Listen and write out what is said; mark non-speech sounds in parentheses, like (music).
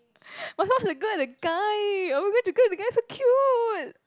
(breath) must watch the girl and the guy oh my gosh the girl and the guy so cute